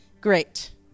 Great